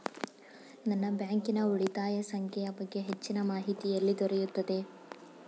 ನನ್ನ ಬ್ಯಾಂಕಿನ ಉಳಿತಾಯ ಸಂಖ್ಯೆಯ ಬಗ್ಗೆ ಹೆಚ್ಚಿನ ಮಾಹಿತಿ ಎಲ್ಲಿ ದೊರೆಯುತ್ತದೆ?